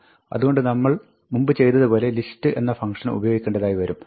അതുകൊണ്ട് നമ്മൾ മുമ്പ് ചെയ്തത് പോലെ list എന്ന ഫംങ്ക്ഷൻ ഉപയോഗിക്കേണ്ടതായി വരും